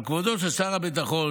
על כבודו של שר הביטחון,